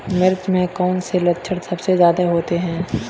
मिर्च में कौन से लक्षण सबसे ज्यादा होते हैं?